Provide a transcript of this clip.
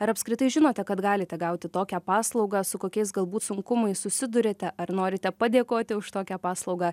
ar apskritai žinote kad galite gauti tokią paslaugą su kokiais galbūt sunkumais susiduriate ar norite padėkoti už tokią paslaugą